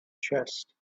chest